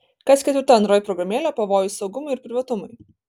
kas ketvirta android programėlė pavojus saugumui ir privatumui